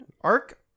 Arc